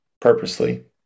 purposely